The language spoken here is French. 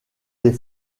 des